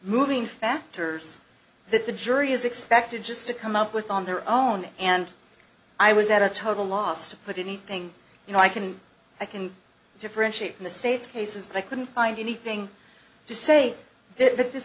moving factors that the jury is expected just to come up with on their own and i was at a total loss to put anything in i can i can differentiate in the state's case is that i couldn't find anything to say that this